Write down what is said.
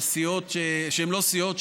שהן לא סיעות,